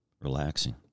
Relaxing